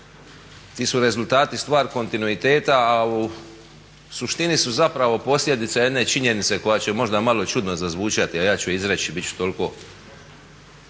Ti su rezultati stvar kontinuiteta, a u suštini su zapravo posljedica jedne činjenice koja će možda malo čudno zazvučati a ja ću je izreći, bit ću toliko